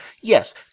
yes